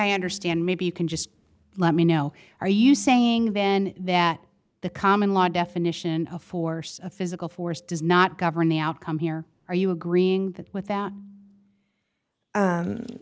i understand maybe you can just let me know are you saying then that the common law definition of force a physical force does not govern the outcome here are you agreeing that with that